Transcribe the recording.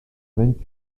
vingt